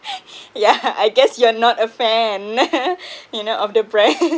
yeah I guess you are not a fan you know of the brand